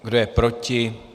Kdo je proti?